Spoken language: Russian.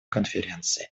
конференции